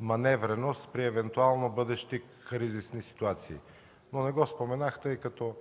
маневреност при евентуални бъдещи кризисни ситуации. Не го споменах, тъй като